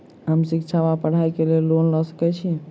हम शिक्षा वा पढ़ाई केँ लेल लोन लऽ सकै छी?